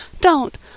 Don't